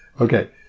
Okay